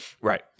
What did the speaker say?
Right